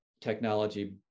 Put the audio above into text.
technology